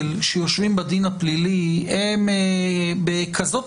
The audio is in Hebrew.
שיושבים בדין הפלילי הם בקלות כזאת